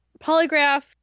polygraph